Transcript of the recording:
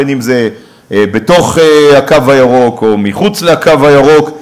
בין שזה בתוך הקו הירוק או מחוץ לקו הירוק,